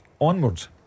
onwards